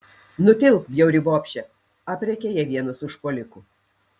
nutilk bjauri bobše aprėkia ją vienas užpuolikų